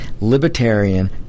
libertarian